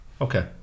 Okay